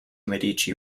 medici